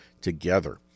together